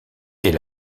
est